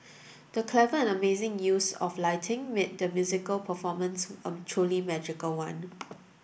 the clever and amazing use of lighting made the musical performance a truly magical one